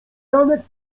janek